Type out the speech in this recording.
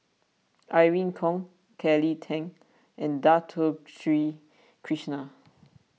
Irene Khong Kelly Tang and Dato Sri Krishna